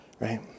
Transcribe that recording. Right